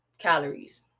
calories